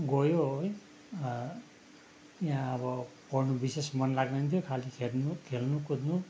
गयो है त्यहाँ अब पढ्नु विशेष मन लाग्दैन थियो खालि खेल्नु खेल्नु कुद्नु